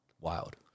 Wild